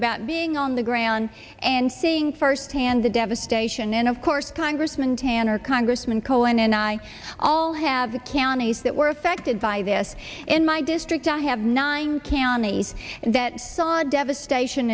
about being on the ground and seeing firsthand the devastation and of course congressman cantor congressman cohen and i all have the counties that were affected by this in my district i have nine counties that saw devastation